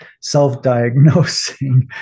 self-diagnosing